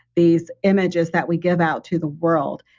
these images that we give out to the world.